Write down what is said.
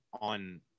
on